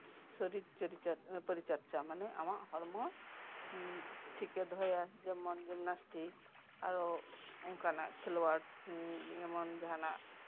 ᱥᱚᱨᱚᱨ ᱪᱚᱨᱪᱟ ᱯᱚᱨᱤᱪᱚᱨᱪᱟ ᱢᱟᱱᱮ ᱟᱢᱟᱜ ᱦᱚᱲᱢᱚ ᱴᱷᱮᱠᱮ ᱫᱚᱦᱚᱭᱟ ᱡᱮᱢᱚᱱ ᱡᱤᱢᱱᱟᱥᱴᱤᱠ ᱟᱨᱚ ᱚᱱᱠᱟᱱᱟᱜ ᱠᱷᱮᱞᱳᱜ ᱠᱚ ᱡᱮᱢᱚᱱ ᱡᱟᱦᱟᱱᱟᱜ